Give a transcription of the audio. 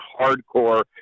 hardcore